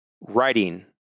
writing